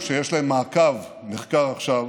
או שיש להם מעקב, מחקר עכשיו,